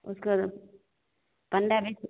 उसको पन्द्रह बीस